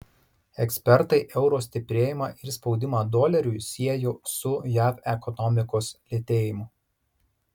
ekspertai euro stiprėjimą ir spaudimą doleriui siejo su jav ekonomikos lėtėjimu